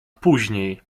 później